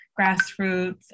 grassroots